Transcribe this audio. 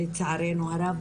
לצערנו הרב,